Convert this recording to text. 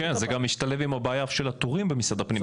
כן, זה גם משתלב עם הבעיה של התורים במשרד הפנים.